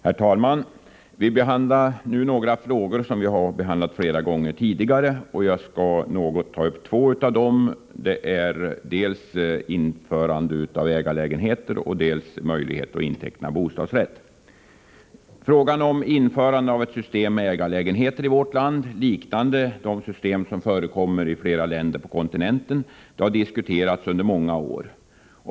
Herr talman! Vi diskuterar nu några frågor som vi har behandlat flera gånger tidigare. Jag skall något beröra två av dem, nämligen dels införandet av ett system med ägarlägenheter, dels möjligheterna att inteckna bostadsrätt. Frågan om införande i vårt land av ett system med ägarlägenheter liknande de system som förekommer i flera länder på kontinenten har diskuterats under många år.